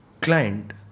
Client